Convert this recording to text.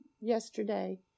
yesterday